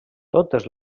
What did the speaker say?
totes